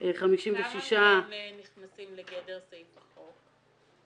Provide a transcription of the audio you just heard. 11,056. כמה מהם נכנסים לגדר סעיף החוק?